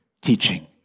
teaching